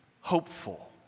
hopeful